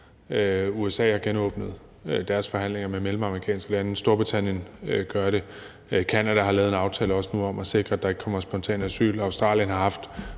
USA har genåbnet deres forhandlinger med mellemamerikanske lande, Storbritannien gør det, Canada har nu også lavet en aftale om at sikre, at der ikke kommer spontanasylansøgere, og Australien har haft